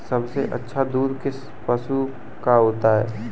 सबसे अच्छा दूध किस पशु का होता है?